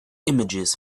images